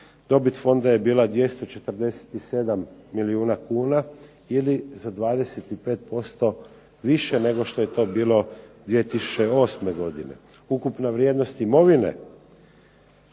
Dobit fonda je bila 247 milijuna kuna ili za 25% više nego što je to bilo 2008. godine. Ukupna vrijednost imovine